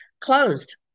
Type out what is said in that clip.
closed